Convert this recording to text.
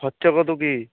খরচা কত কী